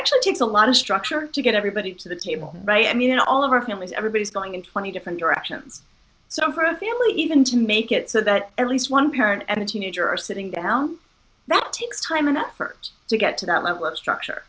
actually takes a lot of structure to get everybody to the table right i mean in all of our families everybody's going in twenty different directions so for a family even to make it so that at least one parent and a teenager are sitting down that takes time and effort to get to that level of structure